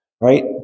Right